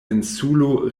insulo